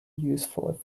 useful